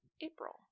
April